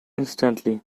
instantly